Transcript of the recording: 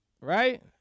right